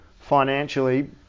financially